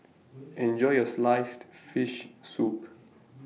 Enjoy your Sliced Fish Soup